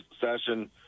session